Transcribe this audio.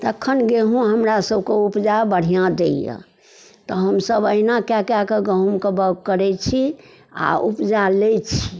तखन गेहूँ हमरा सबकेँ उपजा बढ़िआँ दैये तऽ हमसब अहिना कए कए कऽ गहुमके बाओग करै छी आओर उपजा लै छी